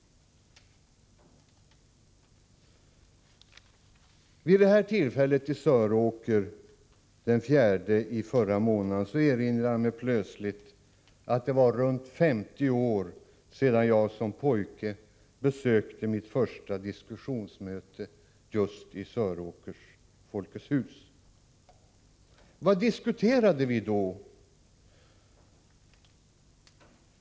Vid detta tillfälle i Söråker den fjärde i förra månaden erinrade jag mig "plötsligt att det var ca 50 år sedan jag som pojke besökte mitt första diskussionsmöte just i Söråkers Folkets hus. Vad diskuterade vi då?